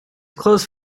close